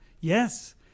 Yes